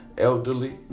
elderly